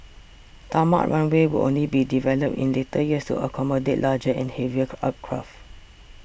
tarmac runways would only be developed in later years to accommodate larger and heavier aircraft